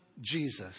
Jesus